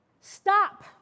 Stop